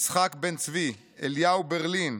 יצחק בן-צבי, אליהו ברלין,